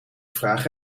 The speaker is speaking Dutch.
vraag